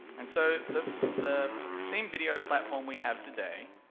and so, the the steam video platform we have today,